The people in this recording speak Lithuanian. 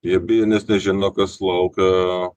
jie bijo nes nežino kas laukia